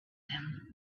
him